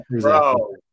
bro